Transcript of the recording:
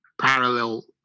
parallel